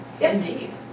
Indeed